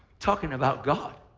talking about god.